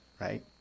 right